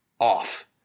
off